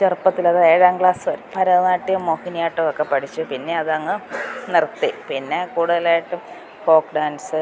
ചെറുപ്പത്തിലത് ഏഴാം ക്ലാസ് ഭരതനാട്യം മോഹിനിയാട്ടവും ഒക്കെ പഠിച്ചു പിന്നെ അതങ്ങു നിർത്തി പിന്നെ കൂടുതലായിട്ടും ഫോക്ക് ഡാൻസ്